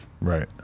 Right